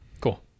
cool